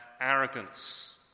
arrogance